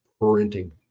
printing